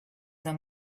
them